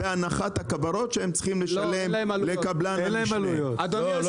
בהנחת הכוורות שהם צריכים לשלם לקבלן המשנה.